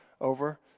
over